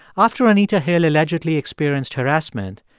after anita hill allegedly experienced harassment,